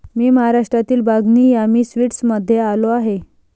मी महाराष्ट्रातील बागनी यामी स्वीट्समध्ये आलो आहे